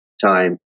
time